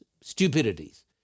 stupidities